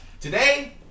Today